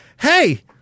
Hey